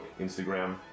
Instagram